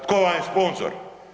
Tko vam je sponzor?